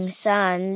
sun